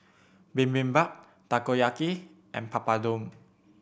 Bibimbap Takoyaki and Papadum